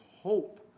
hope